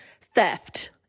Theft